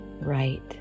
right